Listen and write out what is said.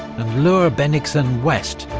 and lure bennigsen west,